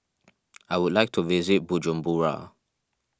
I would like to visit Bujumbura